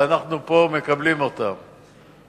ואנחנו מקבלים אותם פה.